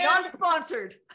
Non-sponsored